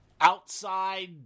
outside